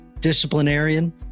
disciplinarian